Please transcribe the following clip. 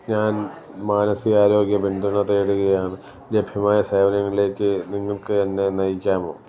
ഞാൻ മാനസികാരോഗ്യ പിന്തുണ തേടുകയാണ് ലഭ്യമായ സേവനങ്ങളിലേക്ക് നിങ്ങൾക്ക് എന്നെ നയിക്കാമോ